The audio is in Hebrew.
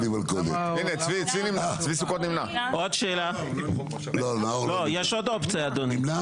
יש עוד אופציה, אדוני.